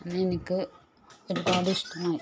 അന്നെനിക്ക് ഒരുപാട് ഇഷ്ടമായി